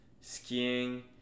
skiing